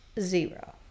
zero